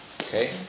Okay